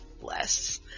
Bless